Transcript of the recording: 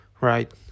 right